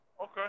Okay